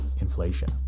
inflation